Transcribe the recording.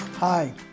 Hi